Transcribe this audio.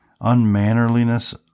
unmannerliness